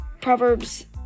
Proverbs